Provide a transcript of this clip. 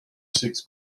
six